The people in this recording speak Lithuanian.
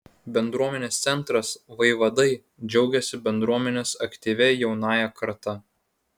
bendruomenės centras vaivadai džiaugiasi bendruomenės aktyvia jaunąja karta